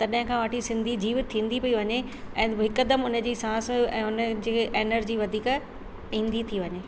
तॾहिं खां वठी सिंधी जीवित थींदी पई वञे ऐं हिकदमु हुन जी साहु ऐं हुन जी एनर्जी वधीक ईंदी थी वञे